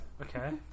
Okay